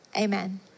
Amen